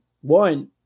One